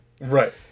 right